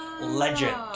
Legend